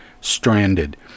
Stranded